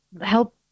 help